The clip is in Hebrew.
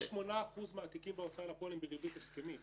רק 8% מהתיקים בהוצאה לפועל הם בריבית הסכמית.